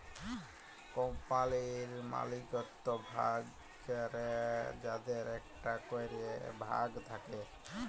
কম্পালির মালিকত্ব ভাগ ক্যরে যাদের একটা ক্যরে ভাগ থাক্যে